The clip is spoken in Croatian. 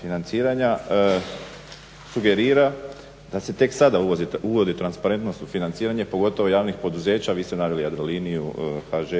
financiranja sugerira da se tek sada uvodi transparentnost u financiranje pogotovo javnih poduzeća a vi ste naveli Jadroliniju, HŽ